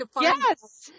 Yes